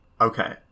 Okay